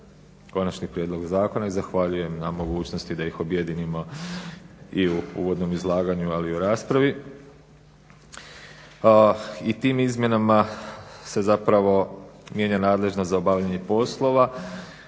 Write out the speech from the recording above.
konačnih prijedloga. I zahvaljujem na mogućnosti da ih objedinimo i u uvodnom izlaganju ali i u raspravi. Pa i tim izmjenama se zapravo mijenja nadležnost za obavljanje poslova